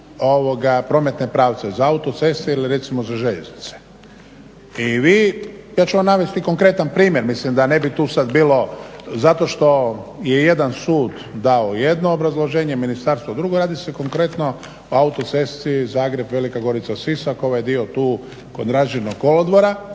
prometne pravce, za autocestu ili recimo za željeznice. I vi, ja ću vam navesti konkretan primjer. Mislim da ne bi tu sad bilo zato što je jedan sud dao jedno obrazloženje, ministarstvo drugo, radi se konkretno o autocesti Zagreb-Velika Gorica-Sisak, ovaj dio tu kod ranžirnog kolodvora